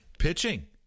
pitching